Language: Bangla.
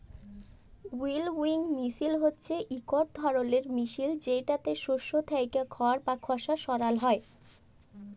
উইলউইং মিশিল হছে ইকট ধরলের মিশিল যেটতে শস্য থ্যাইকে খড় বা খসা সরাল হ্যয়